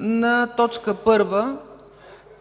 на точка първа и